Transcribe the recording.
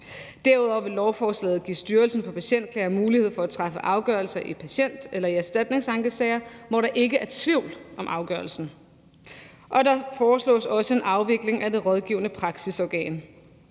Derudover vil lovforslaget give Styrelsen for Patientklager mulighed for at træffe afgørelser i erstatningsankesager, hvor der ikke er tvivl om afgørelsen. Der foreslås også en afvikling af Det Rådgivende Praksisudvalg